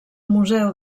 museu